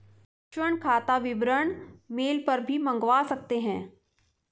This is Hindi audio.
ऋण खाता विवरण मेल पर भी मंगवा सकते है